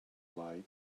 like